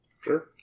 Sure